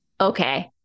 Okay